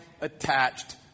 attached